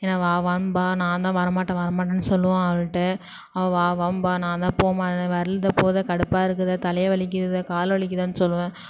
என்னை வா வான்பா நான்தான் வரமாட்டேன் வரமாட்டேன்னு சொல்லுவேன் அவள்கிட்ட அவள் வா வாம்பா நாந்தான் போம்மா நான் வரலைத போக கடுப்பாக இருக்குத தலையை வலிக்கிது கால் வலிக்கிறதுன் சொல்லுவேன்